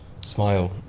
smile